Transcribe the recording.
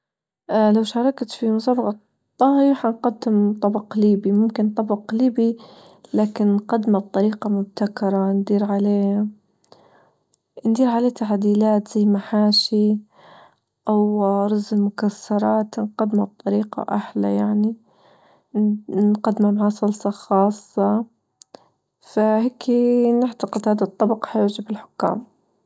لو شاركت في مسابقة طهى هنقدم طبق ليبى ممكن طبق ليبى لكن نقدمه بطريقة مبتكرة ندير عليه ندير عليه تعديلات زي المحاشي أو رز المكسرات نقدمه بطريقة أحلى يعنى نقدمها مع صلصة خاصة، فهكي نعتقد هادا الطبق هيعجب الحكام.